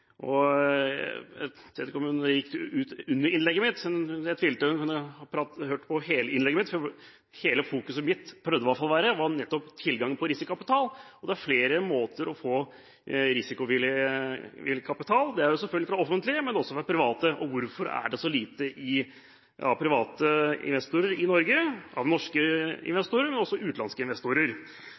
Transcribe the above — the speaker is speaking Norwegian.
om hun gikk ut under innlegget mitt, men jeg tviler på at hun hørte hele innlegget mitt. Hele min fokusering var på – det prøvde jeg i hvert fall – nettopp tilgang på risikokapital, at det er flere måter å få risikovillig kapital på, fra det offentlige, selvfølgelig, men også fra private, og hvorfor det er så få private norske investorer, men også utenlandske investorer.